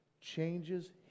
changes